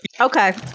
Okay